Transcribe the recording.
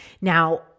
Now